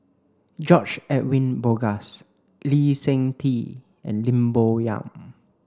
George Edwin Bogaars Lee Seng Tee and Lim Bo Yam